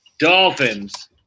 Dolphins